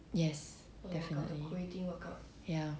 yes definitely ya